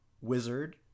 wizard